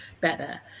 better